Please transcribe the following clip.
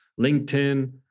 LinkedIn